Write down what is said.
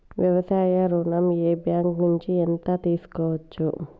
వ్యవసాయ ఋణం ఏ బ్యాంక్ నుంచి ఎంత తీసుకోవచ్చు?